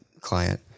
client